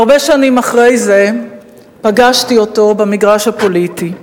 הרבה שנים אחרי זה פגשתי אותו במגרש הפוליטי,